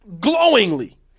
glowingly